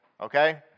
Okay